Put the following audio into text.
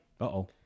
Uh-oh